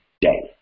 day